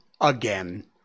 again